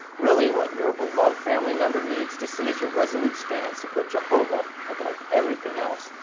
really, what your beloved family member needs to see is your resolute stance to put jehovah above everything else,